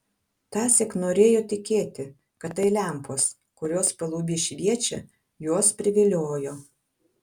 tąsyk norėjo tikėti kad tai lempos kurios paluby šviečia juos priviliojo